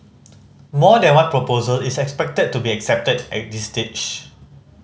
more than one proposal is expected to be accepted at this stage